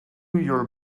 your